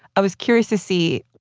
i was curious to see,